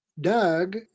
Doug